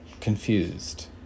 confused